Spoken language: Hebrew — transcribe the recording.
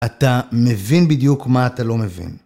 אתה מבין בדיוק מה אתה לא מבין.